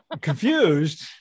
Confused